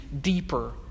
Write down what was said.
deeper